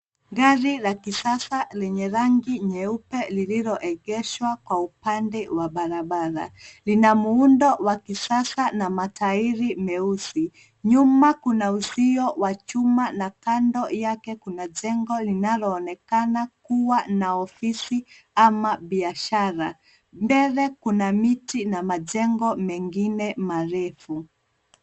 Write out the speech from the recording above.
Gari la kisasa lenye rangi nyeupe lilioegeshwa kwa upande wa barabara. Lina muundo wa kisasa na matairi meusi. Nyuma kuna uzio wa chuma na kando yake kuna jengo linaloonekana kuwa na ofisi ama biashara. Mbele kuna miti na majengo mengine marefu.